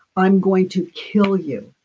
i'm going to kill you?